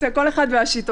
זה תהליך שנעשה במשך